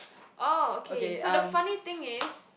oh okay so the funny thing is